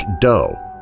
dough